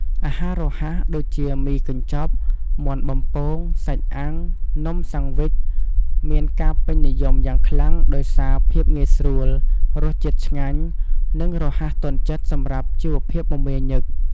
អាហាររហ័ស ដូចជា មីកញ្ចប់ មាន់បំពង សាច់អាំង នំសាំងវិច មានការពេញនិយមយ៉ាងខ្លាំងដោយសារភាពងាយស្រួល រសជាតិឆ្ងាញ់ និងរហ័សទាន់ចិត្តសម្រាប់ជីវភាពមមាញឹក។